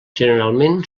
generalment